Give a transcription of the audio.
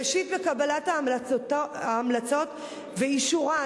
ראשית בקבלת ההמלצות ואישורן.